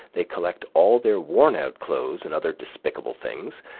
they collect all their worn out clothes and other despicable things,